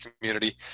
community